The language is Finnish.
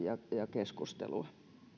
keskustelua